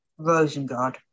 Rosengard